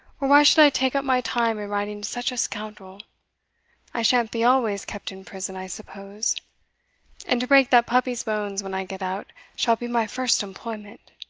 or why should i take up my time in writing to such a scoundrel i shan't be always kept in prison, i suppose and to break that puppy's bones when i get out, shall be my first employment.